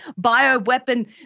bioweapon